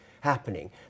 happening